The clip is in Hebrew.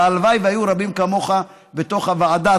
והלוואי והיו רבים כמוך בתוך הוועדה.